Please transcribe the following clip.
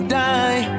die